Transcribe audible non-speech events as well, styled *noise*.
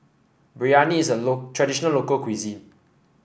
biryani is a *unintelligible* traditional local cuisine